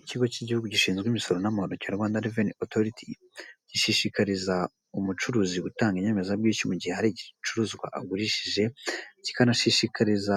Ikigo cy'igihugu gishinzwe imisoro n'amahoro cya Rwanda Revenue Authority, gishishikariza umucuruzi gutanga inyemezabwishyu mu gihe hari igicuruzwa agurishije, kikanashishikariza